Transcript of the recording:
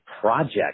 project